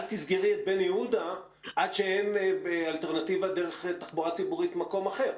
אל תסגרי את בן יהודה עד שאין אלטרנטיבה דרך תחבורה ציבורית במקום אחר.